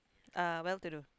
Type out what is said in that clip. uh well to do